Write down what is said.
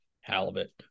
halibut